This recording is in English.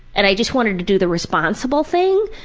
and i just wanted to do the responsible thing,